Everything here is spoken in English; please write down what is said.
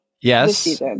Yes